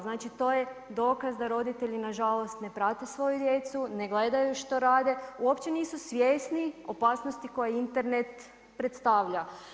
Znači, to je dokaz da roditelji na žalost ne prate svoju djecu, ne gledaju što rade, uopće nisu svjesni opasnosti koju Internet predstavlja.